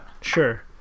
sure